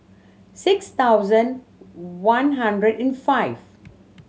six thousand one hundred and five